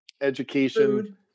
education